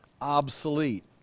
obsolete